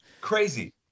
Crazy